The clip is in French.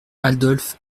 adolphe